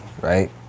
right